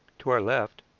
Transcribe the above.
to our left,